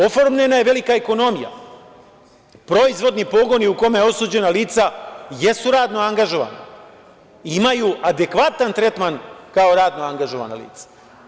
Oformljena je velika ekonomija, proizvodni pogon je u kome osuđena lica jesu radno angažovana, imaju adekvatan tretman kao radno angažovana lica.